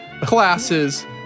classes